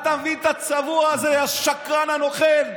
את מבין את הצבוע הזה, השקרן, הנוכל?